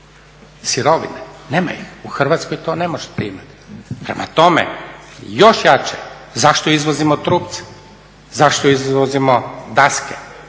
sirovine, nema ih, u Hrvatskoj to ne možete imati. Prema tome još jače, zašto izvozimo trupce, zašto izvozimo daske,